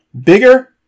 bigger